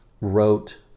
wrote